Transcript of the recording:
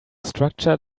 structure